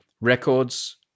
records